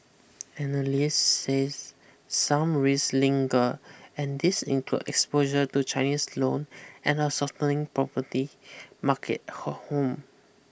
analysts says some raise linger and these include exposure to Chinese loan and a softening property market home